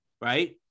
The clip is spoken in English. right